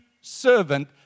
servant